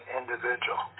individual